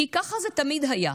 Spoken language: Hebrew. כי ככה תמיד היה.